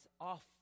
off